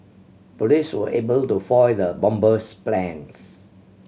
police were able to foil the bomber's plans